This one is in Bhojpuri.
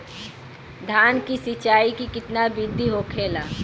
धान की सिंचाई की कितना बिदी होखेला?